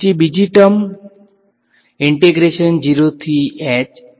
પછી બીજી ટર્મ છે